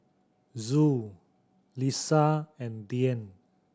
Zul Lisa and Dian